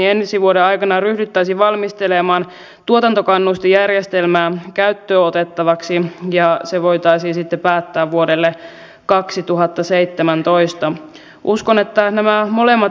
aikaisemminkin olen jo tässä salissa korjannut tämän väitteen ja lainaan valtiokonttorin apulaisjohtaja mika arolaa joka selvensi asiaa että tämä raja ei ole vielä ylittynyt näin